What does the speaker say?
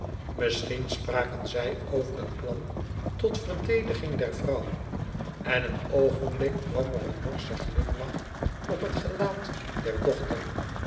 misschien spraken zij over een plan tot verdediging der vrouw en een oogenblik kwam er een norsche glimlach op het gelaat der dochter